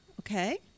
okay